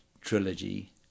trilogy